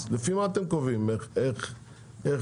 אז לפי מה אתם קובעים איך ומה?